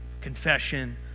confession